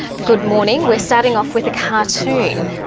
good morning, we're starting off with a cartoon.